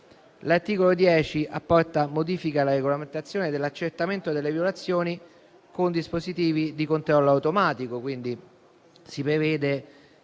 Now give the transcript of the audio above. L'articolo 10 apporta modifiche alla regolamentazione dell'accertamento delle violazioni con dispositivi di controllo automatico. Nel caso di